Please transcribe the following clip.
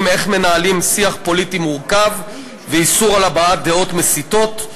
בדבר ניהול שיח פוליטי מורכב ואיסור הבעת דעות מסיתות.